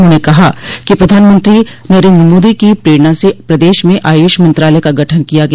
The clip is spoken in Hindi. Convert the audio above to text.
उन्होंने कहा कि प्रधानमंत्री नरेन्द्र मोदी की प्रेरणा से प्रदेश में आयुष मंत्रालय का गठन किया गया